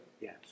Yes